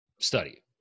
study